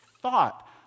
thought